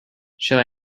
shall